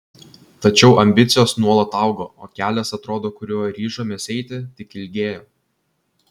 tačiau ambicijos nuolat augo o kelias atrodo kuriuo ryžomės eiti tik ilgėjo